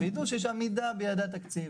שיש עמידה ביעדי התקציב.